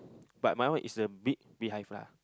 but my one is a big beehive lah